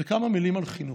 וכמה מילים על חינוך.